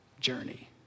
journey